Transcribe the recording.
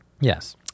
Yes